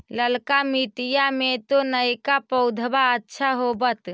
ललका मिटीया मे तो नयका पौधबा अच्छा होबत?